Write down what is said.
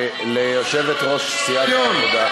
תודה ליושבת-ראש סיעת העבודה.